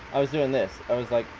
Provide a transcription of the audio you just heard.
i was doing this. i was like,